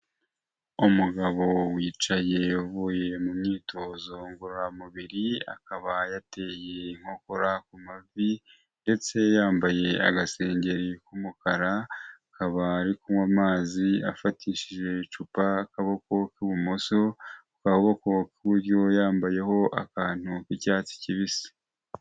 Umugabo wicaye uvuye mu myitozo ngororamubiri, akaba yateye inkokora ku mavi ndetse yambaye agasengeri k'umukara, akaba ari kunywa amazi afatishije icupa akaboko k'ibumoso, ku kuboko k'iburyo yambayeho akantu k'icyatsi kibisi.